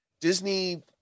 disney